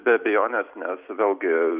be abejonės nes vėlgi